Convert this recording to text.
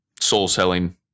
soul-selling